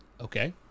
okay